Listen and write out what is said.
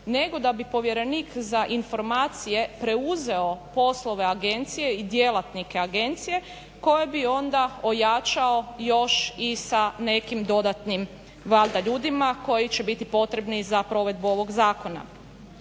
nego da bi povjerenik za informacije preuzeo poslove agencije i djelatnike agencije koje bi onda ojačao još i sa nekim dodatnim valjda ljudima koji će biti potrebni za provedbu ovog zakona.